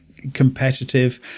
Competitive